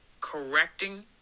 correcting